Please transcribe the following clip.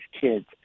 kids